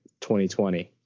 2020